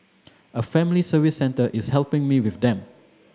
a family service centre is helping me with them